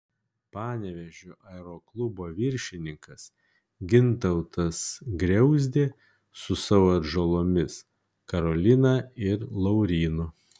panevėžio aeroklubo viršininkas gintautas griauzdė su savo atžalomis karolina ir laurynu